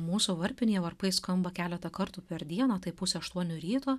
mūsų varpinėje varpai skamba keletą kartų per dieną tai pusę aštuonių ryto